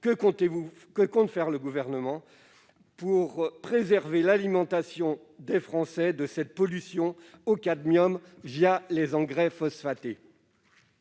Que compte faire le Gouvernement pour préserver l'alimentation des Français de cette pollution au cadmium les engrais phosphatés ?